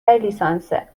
لیسانسه